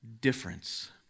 difference